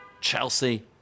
Chelsea